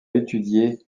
étudier